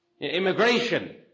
immigration